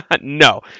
no